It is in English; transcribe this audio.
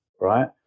right